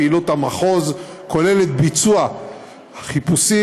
פעילות המחוז כוללת ביצוע חיפושים,